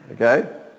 Okay